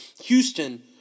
Houston